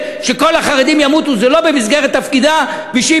"שכל החרדים ימותו" זה לא במסגרת תפקידה ושזה שהיא